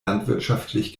landwirtschaftlich